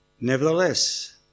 Nevertheless